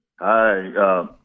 Hi